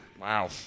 Wow